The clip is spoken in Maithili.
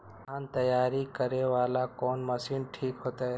धान तैयारी करे वाला कोन मशीन ठीक होते?